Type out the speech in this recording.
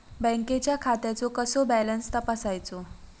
बँकेच्या खात्याचो कसो बॅलन्स तपासायचो?